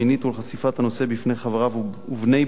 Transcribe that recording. ולחשיפת הנושא בפני חבריו ובני ביתו,